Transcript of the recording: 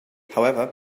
however